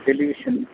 television